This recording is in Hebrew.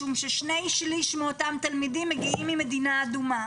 משום ששני שליש מאותם תלמידים מגיעים ממדינה אדומה.